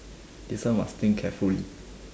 this one must think carefully